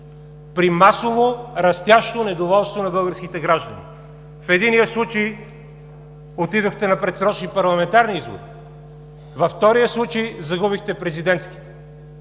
при масово растящо недоволство на българските граждани. В единия случай отидохте на предсрочни парламентарни избори, във втория случай загубихте президентските.